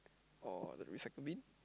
or the recycling bin